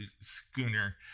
schooner